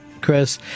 Chris